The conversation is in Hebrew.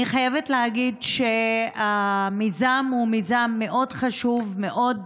אני חייבת להגיד שהמיזם הוא מיזם מאוד חשוב, מאוד,